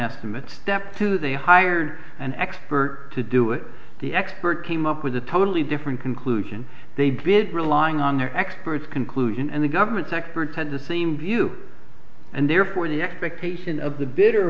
estimate step two they hired an expert to do it the expert came up with a totally different conclusion they did relying on their experts conclusion and the government's experts had the same view and therefore the expectation of the bitter